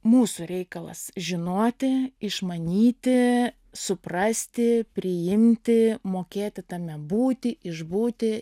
mūsų reikalas žinoti išmanyti suprasti priimti mokėti tame būti išbūti